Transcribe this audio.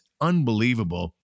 unbelievable